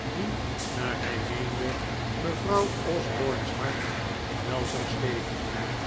die naar hij meende mevrouw osborne's hart wel zou stelen